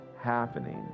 happening